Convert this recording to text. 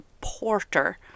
porter